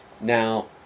Now